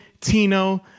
Tino